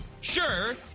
sure